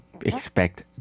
expect